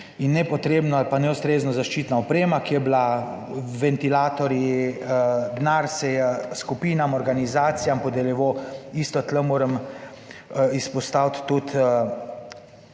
in nepotrebno ali pa neustrezna zaščitna oprema, ki je bila, ventilatorji, denar se je skupinam, organizacijam podeljeval, isto tukaj moram izpostaviti tudi,